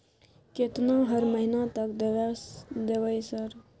केतना हर महीना तक देबय सर?